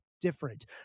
different